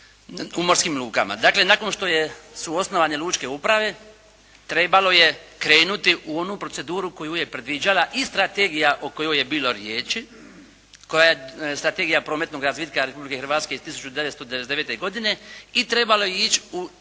u morskim lukama. Dakle, nakon što su osnovane lučke uprave trebalo je krenuti u onu proceduru koju je uvijek predviđala i strategija o kojoj je bilo riječi koja je Strategija prometnog razvitka Republike Hrvatske iz 1999. godine i trebalo je ići u